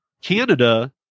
Canada